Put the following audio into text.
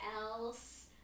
else